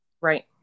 right